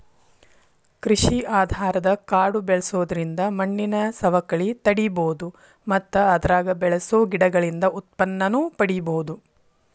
ಕೃಷಿ ಆಧಾರದ ಕಾಡು ಬೆಳ್ಸೋದ್ರಿಂದ ಮಣ್ಣಿನ ಸವಕಳಿ ತಡೇಬೋದು ಮತ್ತ ಅದ್ರಾಗ ಬೆಳಸೋ ಗಿಡಗಳಿಂದ ಉತ್ಪನ್ನನೂ ಪಡೇಬೋದು